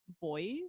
voice